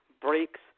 breaks